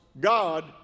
God